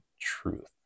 truth